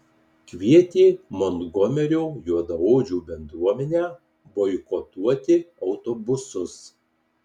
kvietė montgomerio juodaodžių bendruomenę boikotuoti autobusus